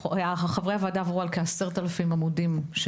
חברי הוועדה עברו על כ-10,000 עמודים של